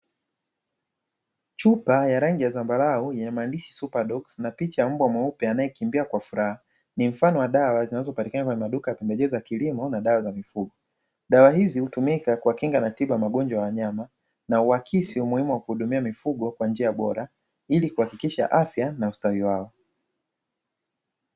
Chupa ya rangi ya zambarau yenye maandishi "superdox" na picha mbwa mweupe anayekimbia kwa furaha, ni mfano wa dawa zinazopatikana kwenye maduka ya pembejeo za kilimo. Dawa za mifugo dawa hizi hutumika kwa kinga na tiba magonjwa ya wanyama, na uhakisi umuhimu wa kuhudumia mifugo kwa njia bora ili kuhakikisha afya na ustawi wao.